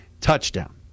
touchdown